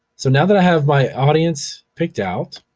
so, now that i have my audience picked out